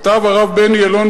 כתב הרב בני אלון,